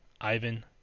Ivan